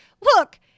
look